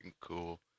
cool